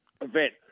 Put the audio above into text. event